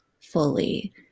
fully